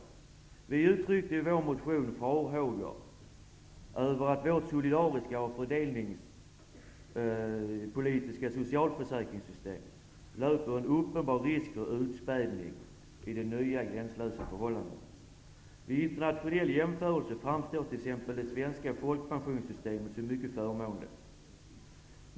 I vår motion uttrycker vi farhågor för att vårt solidariska och fördelningspolitiska socialförsäkringssystem löper en uppenbar risk för utspädning med de nya gränslösa förhållandena. Vid en internationell jämförelse framstår t.ex. det svenska folkpensionssystemet som mycket förmånligt.